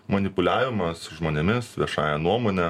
manipuliavimas žmonėmis viešąja nuomone